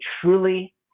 truly